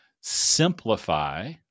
simplify